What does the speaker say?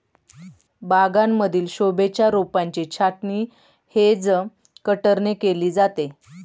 बागांमधील शोभेच्या रोपांची छाटणी हेज कटरने केली जाते